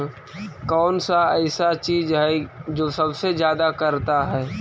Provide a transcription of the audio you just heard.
कौन सा ऐसा चीज है जो सबसे ज्यादा करता है?